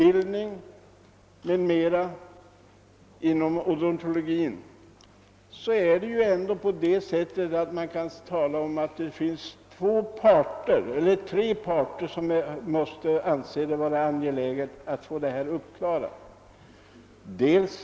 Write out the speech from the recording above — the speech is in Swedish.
Inom odontologin finns det tre parter, som måste anse det angeläget att få de frågor det här gäller uppklarade.